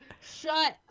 shut